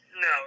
No